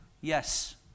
yes